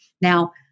Now